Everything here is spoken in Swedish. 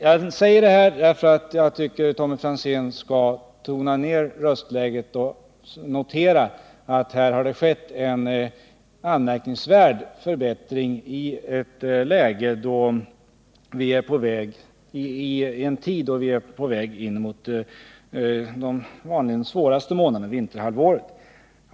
Jag har sagt detta, därför att jag tycker att Tommy Franzén bör tona ned röstläget och notera att det har skett en anmärkningsvärd förbättring då vi nu är på väg mot de vanligtvis svåraste månaderna, nämligen vintermånaderna.